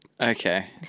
okay